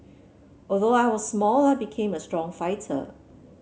although I was small I became a strong fighter